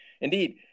Indeed